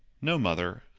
no, mother.